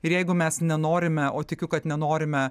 ir jeigu mes nenorime o tikiu kad nenorime